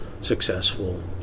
successful